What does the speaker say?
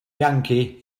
yankee